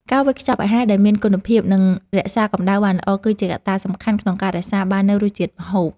ការវេចខ្ចប់អាហារដែលមានគុណភាពនិងរក្សាកំដៅបានល្អ គឺជាកត្តាសំខាន់ក្នុងការរក្សាបាននូវរសជាតិម្ហូប។